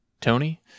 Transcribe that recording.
Tony